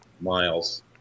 Miles